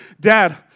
Dad